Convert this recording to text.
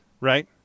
Right